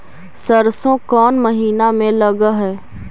सरसों कोन महिना में लग है?